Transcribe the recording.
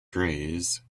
greys